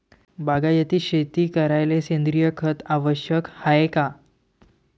बागायती शेती करायले सेंद्रिय खत आवश्यक हाये का?